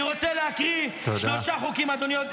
אני רוצה להקריא שלושה חוקים, אדוני.